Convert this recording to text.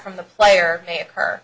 from the player may occur